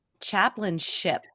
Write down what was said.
chaplainship